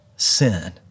sin